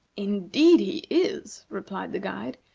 indeed he is! replied the guide.